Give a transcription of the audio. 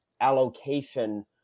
allocation